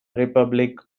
republic